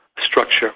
structure